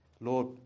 Lord